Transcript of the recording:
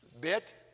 Bit